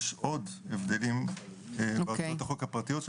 יש עוד הבדלים בהצעות החוק הפרטיות,